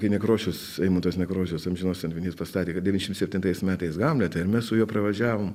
kai nekrošius eimuntas nekrošius amžinos atminties pastatė kad devyniasdešim septintais metais hamletą ir mes su juo pravažiavom